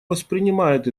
воспринимает